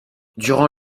durant